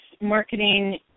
marketing